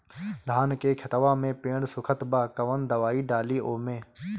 धान के खेतवा मे पेड़ सुखत बा कवन दवाई डाली ओमे?